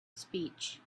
speech